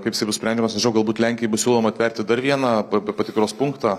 kaip jisai bus sprendžiamas galbūt lenkijai bus siūloma atverti dar vieną tą patikros punktą